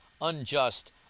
unjust